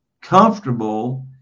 comfortable